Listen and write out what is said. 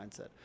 mindset